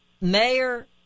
Mayor